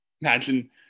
Imagine –